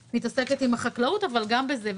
אני מתעסקת בחקלאות אבל גם בזה.